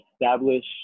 establish